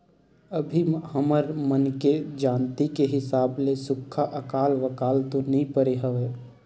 अभी हमर मन के जानती के हिसाब ले सुक्खा अकाल वकाल तो नइ परे हवय